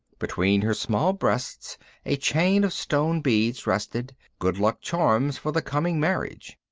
between her small breasts a chain of stone beads rested, good-luck charms for the coming marriage.